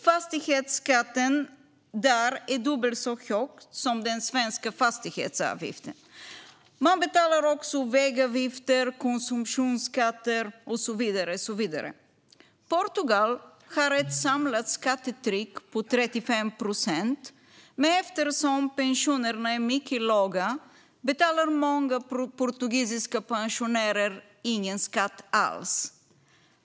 Fastighetsskatten där är dubbelt så hög som den svenska fastighetsavgiften. Man betalar också vägavgifter, konsumtionsskatter och så vidare. Portugal har ett samlat skattetryck på 35 procent, men eftersom pensionerna är mycket låga betalar många portugisiska pensionärer ingen skatt alls.